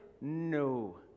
No